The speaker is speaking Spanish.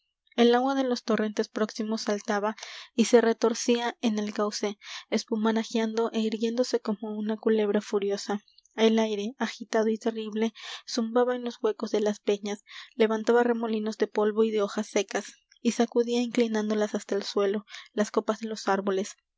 el agua de los torrentes próximos saltaba y se retorcía en el cauce espumarajeando é irguiéndose como una culebra furiosa el aire agitado y terrible zumbaba en los huecos de las peñas levantaba remolinos de polvo y de hojas secas y sacudía inclinándolas hasta el suelo las copas de los árboles